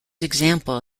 example